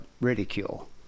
ridicule